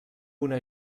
una